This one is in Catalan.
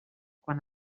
quan